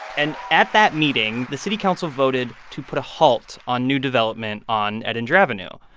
and at that meeting, the city council voted to put a halt on new development on edinger avenue.